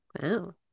Wow